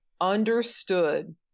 understood